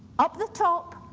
up the top,